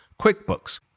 QuickBooks